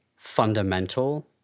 fundamental